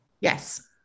yes